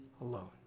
alone